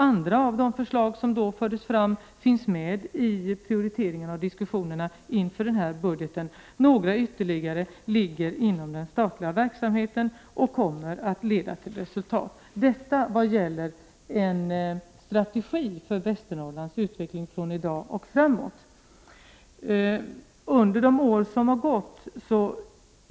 Andra förslag som då framfördes finns med i prioriteringarna och diskussionerna inför den här budgeten. Några ytterligare ligger inom den statliga verksamheten och kommer att leda till resultat. Detta ville jag säga beträffande en strategi för Västernorrlands utveckling.